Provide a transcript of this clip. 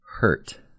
hurt